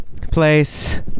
place